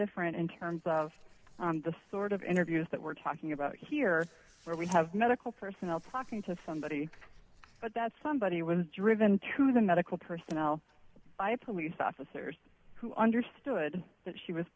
different in terms of the sort of interviews that we're talking about here where we have medical personnel talking to somebody but that somebody was driven to the medical personnel by police officers who understood that she was